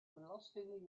belastingen